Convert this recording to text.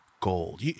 gold